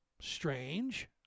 strange